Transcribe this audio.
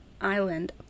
Island